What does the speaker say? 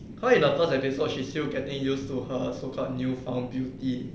cause in the first episode she still getting used to her so called new found beauty